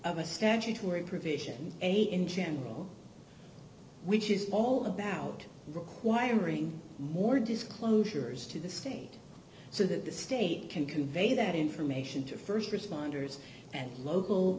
of a statutory provision a in general which is all about requiring more disclosures to the state so that the state can convey that information to st responders and